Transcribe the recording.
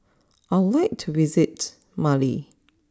I would like to visit Male